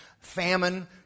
famine